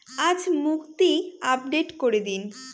আজ মুক্তি আপডেট করে দিন